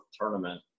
tournament